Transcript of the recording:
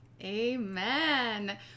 Amen